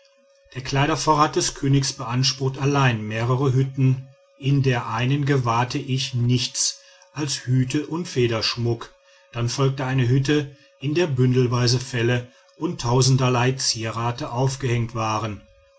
der kleidervorrat des königs beansprucht allein mehrere hütten in der einen gewahrte ich nichts als hüte und federschmuck dann folgte eine hütte in der bündelweise felle und tausenderlei zierate aufgehängt waren